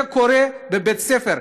זה קורה בבתי-ספר.